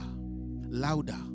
louder